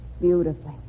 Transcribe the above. Beautifully